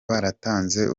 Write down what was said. baratanze